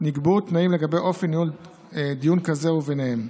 נקבעו תנאים לגבי אופן ניהול דיון כזה, וביניהם: